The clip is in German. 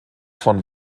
von